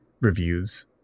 reviews